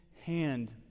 hand